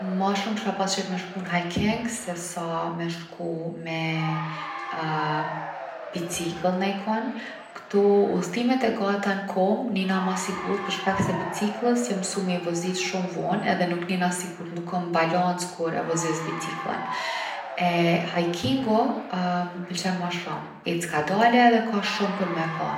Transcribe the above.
Ma shumë kisha pas qef me shku n’hiking se sa me shku me bicikell najkun. Kto udhëtimet e gata n’kom nihna ma sigurt’ për shkak se bicikllës jom msu me i vozit shumë vonë edhe nuk nihna sigurt’, nuk kom balancë kur e vozis bicikllën. E hiking-u m’pëlqen ma shumë, ecë kadale edhe ka shumë për me pa.